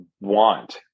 want